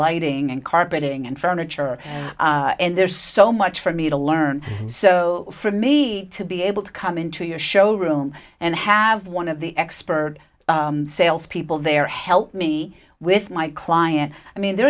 lighting and carpeting and furniture and there's so much for me to learn so for me to be able to come into your showroom and have one of the expert salespeople there help me with my client i mean there